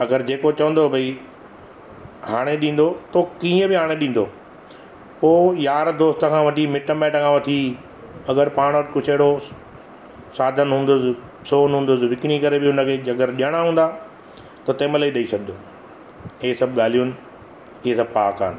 अगरि जेको चवंदो भई हाणे ॾींदो त कीअं बि आणे ॾींदो पोइ यार दोस्त खां वठी मिट माइट खां वठी अगरि पाण वटि कुझु अहिड़ो साधन हूंदसि सोनु हूंदसि विकिणी करे बि हुन खे जे अगरि ॾियणा हूंदा त तंहिंमहिल ई ॾेई छॾींदो इहे सभु ॻाल्हियुनि इहे सभु पहाका आहिनि